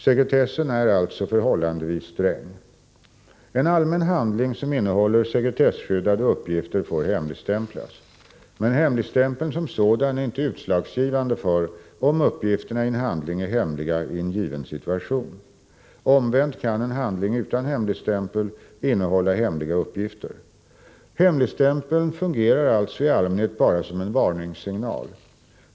Sekretessen är alltså förhållandevis sträng. En allmän handling som innehåller sekretesskyddade uppgifter får hemligstämplas. Men hemligstämpeln som sådan är inte utslagsgivande för om uppgifterna i en handling är hemliga i en given situation. Omvänt kan en handling utan hemligstämpel innehålla hemliga uppgifter. Hemligstämpeln fungerar alltså i allmänhet bara som en varningssignal.